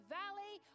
valley